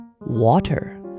water